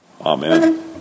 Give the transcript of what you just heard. Amen